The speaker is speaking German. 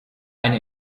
eine